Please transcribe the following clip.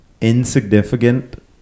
insignificant